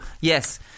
yes